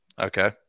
Okay